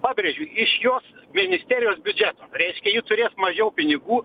pabrėžiu iš jos ministerijos biudžeto reiškia ji turės mažiau pinigų